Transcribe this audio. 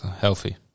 healthy